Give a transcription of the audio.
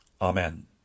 Amen